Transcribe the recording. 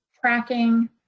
tracking